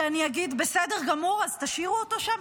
שאני אגיד: בסדר גמור, אז תשאירו אותו שם?